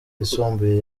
yisumbuye